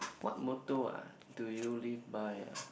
what motto ah do you live by ah